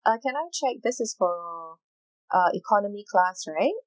uh can I check this is for uh economy class right